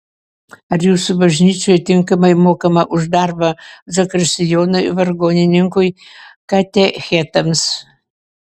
ar jūsų bažnyčioje tinkamai mokama už darbą zakristijonui vargonininkui katechetams